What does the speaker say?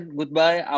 goodbye